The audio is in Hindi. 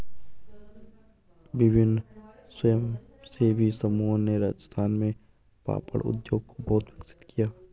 विभिन्न स्वयंसेवी समूहों ने राजस्थान में पापड़ उद्योग को बहुत विकसित किया